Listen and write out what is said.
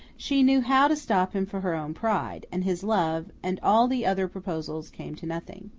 she knew how to stop him for her own pride and his love, and all the other proposals, came to nothing.